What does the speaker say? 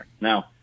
Now